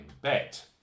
bet